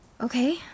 Okay